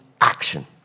action